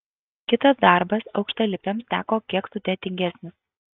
kitas darbas aukštalipiams teko kiek sudėtingesnis